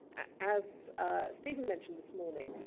as stephen mentioned this morning,